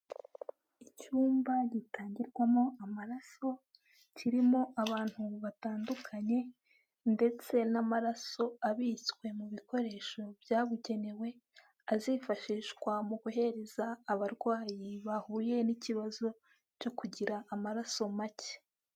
Icyumba gitangirwamo amaraso kirimo abantu batandukanye, ndetse n'amaraso abitswe mu bikoresho byabugenewe, azifashishwa mu guhereza abarwayi bahuye n'ikibazo cyo kugira amaraso make.